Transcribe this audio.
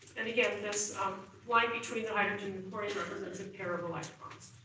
and again, this line between the hydrogen and chlorine, represents a pair of electrons.